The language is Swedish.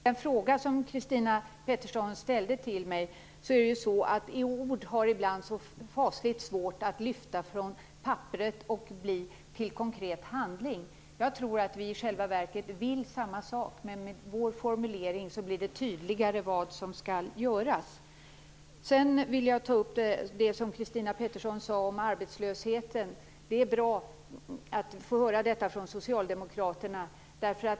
Fru talman! Vad gäller den fråga som Christina Pettersson ställde till mig vill jag säga att ord ibland har fasligt svårt att lyfta från papperet och bli till konkret handling. Jag tror att Christina Pettersson och jag i själva verket vill samma sak, men med vår formulering blir det tydligare vad som skall göras. Christina Pettersson tog upp frågan om arbetslösheten, och det är bra att få höra detta från socialdemokratiskt håll.